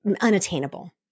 unattainable